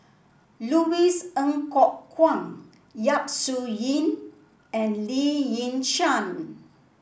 Louis Ng Kok Kwang Yap Su Yin and Lee Yi Shyan